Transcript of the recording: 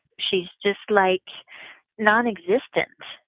she's just like nonexistent.